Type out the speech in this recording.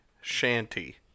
shanty